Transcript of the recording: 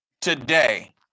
today